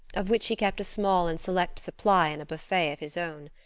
of which he kept a small and select supply in a buffet of his own.